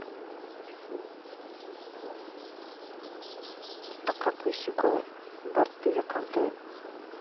ᱴᱟᱠᱟ ᱯᱩᱭᱥᱟᱹ ᱠᱚ ᱵᱟᱹᱲᱛᱤᱣᱟᱠᱟᱱᱛᱮ